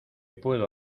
puedo